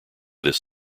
this